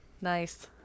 nice